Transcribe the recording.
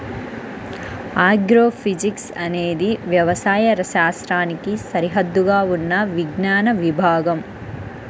agrophysics అనేది వ్యవసాయ శాస్త్రానికి సరిహద్దుగా ఉన్న విజ్ఞాన విభాగం